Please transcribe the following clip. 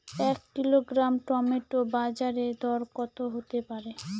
এক kilogram tomato বাজের দরকত হতে পারে?